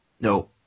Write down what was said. No